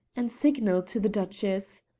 and signalled to the duchess.